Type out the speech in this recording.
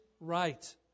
right